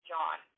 John